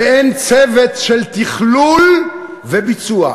ואין צוות של תכלול וביצוע.